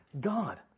God